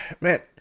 man